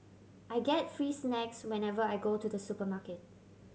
I get free snacks whenever I go to the supermarket